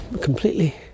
Completely